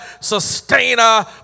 sustainer